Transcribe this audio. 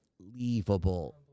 unbelievable